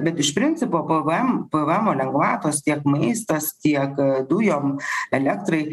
bet iš principo pvm pvemo lengvatos tiek maistas tiek dujom elektrai